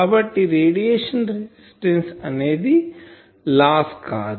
కాబట్టి radiation resistance అనేది loss కాదు